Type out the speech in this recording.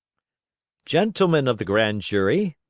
gentlemen of the grand jury,